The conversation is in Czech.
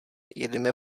jedeme